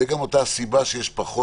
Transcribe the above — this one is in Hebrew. זאת גם הסיבה לכך שיש פחות